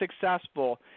successful